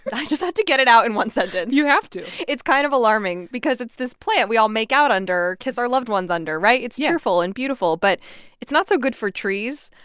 but i just had to get it out in one sentence you have to it's kind of alarming because it's this plant we all make out under, kiss our loved ones under, right? yeah it's cheerful and beautiful, but it's not so good for trees.